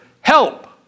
help